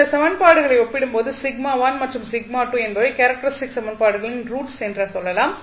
இந்த சமன்பாடுகளை ஒப்பிடும்போது மற்றும் என்பவை கேரக்டரிஸ்டிக் சமன்பாடுகளின் ரூட்ஸ் என்று சொல்லலாம்